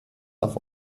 auf